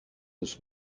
this